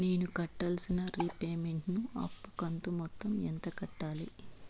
నేను కట్టాల్సిన రీపేమెంట్ ను అప్పు కంతు మొత్తం ఎంత కట్టాలి?